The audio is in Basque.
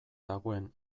dagoen